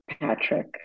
Patrick